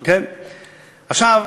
עכשיו,